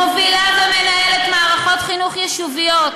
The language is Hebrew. מובילה ומנהלת מערכות חינוך יישוביות,